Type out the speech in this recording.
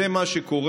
זה מה שקורה.